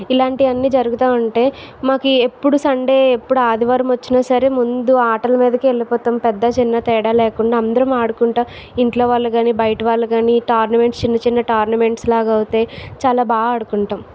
ఇలాంటివన్నీ జరుగుతా ఉంటాయి మాకు ఎప్పుడూ సండే ఎప్పుడు ఆదివారం వచ్చినా సరే ముందు ఆటల మీదకి వెళ్ళిపోతాం పెద్ద చిన్న తేడా లేకుండా అందరం ఆడుకుంటా ఇంట్లో వాళ్ళు కానీ బయట వాళ్ళు కానీ టోర్నమెంట్స్ చిన్నచిన్న టోర్నమెంట్స్ లాగా అవుతాయి చాలా బాగా ఆడుకుంటాం